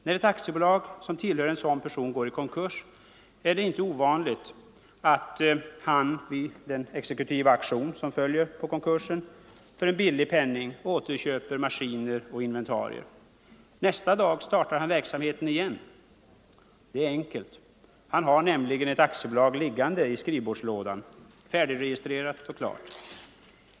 När ett aktiebolag som tillhör en sådan person går i konkurs är det inte ovanligt att han vid den exekutiva auktion som följer på konkursen för en billig penning återköper maskiner och inventarier. Nästa dag startar han verksamheten igen. Det är enkelt — han har nämligen ett aktiebolag liggande i skrivbordslådan, färdigregistrerat och klart.